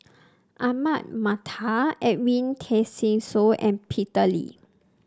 Ahmad Mattar Edwin Tessensohn and Peter Lee